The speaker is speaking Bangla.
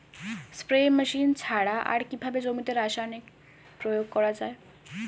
স্প্রে মেশিন ছাড়া আর কিভাবে জমিতে রাসায়নিক প্রয়োগ করা যায়?